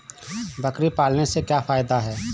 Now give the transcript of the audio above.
बकरी पालने से क्या फायदा है?